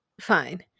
fine